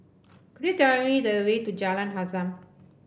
could you tell me the way to Jalan Azam